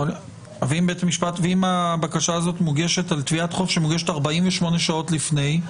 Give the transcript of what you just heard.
ואם הבקשה הזאת מוגשת על תביעת חוב שמוגשת 48 שעות לפני?